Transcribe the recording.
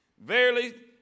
Verily